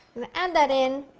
and that in.